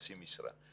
חצי משרה.